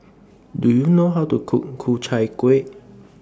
Do YOU know How to Cook Ku Chai Kueh